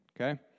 okay